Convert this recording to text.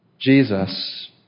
Jesus